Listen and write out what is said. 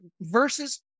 versus